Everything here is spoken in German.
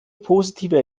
positive